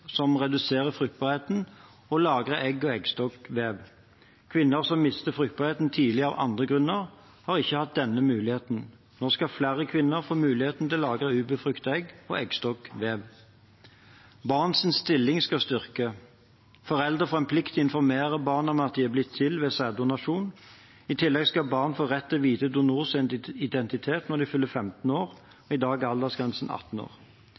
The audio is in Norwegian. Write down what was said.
som reduserer fruktbarheten, å lagre egg og eggstokkvev. Kvinner som mister fruktbarheten tidlig av andre grunner, har ikke hatt denne muligheten. Nå skal flere kvinner få mulighet til å lagre ubefruktede egg og eggstokkvev. Barns stilling skal styrkes. Foreldre får en plikt til å informere barn om at de er blitt til ved sæddonasjon. I tillegg skal barn få rett til å vite donors identitet når de fyller 15 år – i dag er aldersgrensen 18 år.